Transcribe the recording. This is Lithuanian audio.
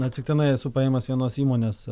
atsitiktinai esu paėmęs vienos įmonės